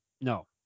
No